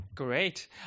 Great